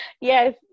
Yes